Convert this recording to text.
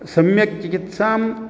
सम्यक् चिकित्सां